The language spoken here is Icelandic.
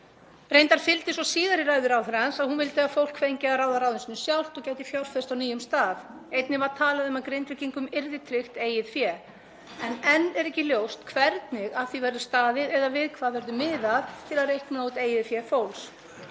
Reyndar fylgdi svo síðar í ræðu ráðherrans að hún vildi að fólk fengi að ráða ráðum sínum sjálft og gæti fjárfest á nýjum stað. Einnig var talað um að Grindvíkingum yrði tryggt eigið fé en enn er ekki ljóst hvernig að því verður staðið eða við hvað verði miðað til að reikna út eigið fé fólks.